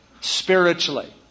spiritually